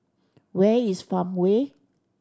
where is Farmway